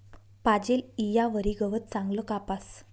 पाजेल ईयावरी गवत चांगलं कापास